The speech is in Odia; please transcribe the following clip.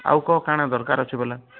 ଆଉ କ'ଣ କାଣା ଦରକାର ଅଛି କହିଲ